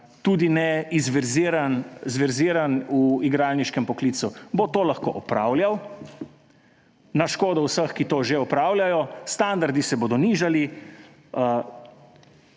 tudi ne zverziran v igralniškem poklicu, bo to lahko opravljal na škodo vseh, ki to že opravljajo, standardi se bodo nižali,